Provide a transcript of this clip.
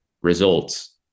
results